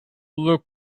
look